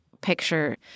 picture